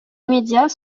immédiat